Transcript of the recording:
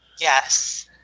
yes